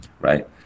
right